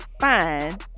Fine